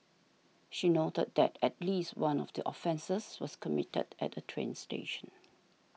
she noted that at least one of the offences was committed at a train station